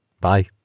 Bye